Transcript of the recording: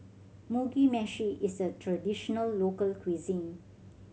Mugi Meshi is a traditional local cuisine